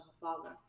father